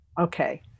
Okay